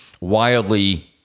wildly